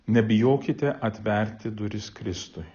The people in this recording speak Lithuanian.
nebijokite atverti duris kristui